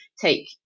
take